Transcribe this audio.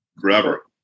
Forever